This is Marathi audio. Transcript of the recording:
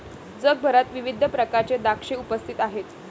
जगभरात विविध प्रकारचे द्राक्षे उपस्थित आहेत